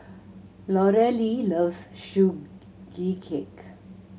Lorelei loves Sugee Cake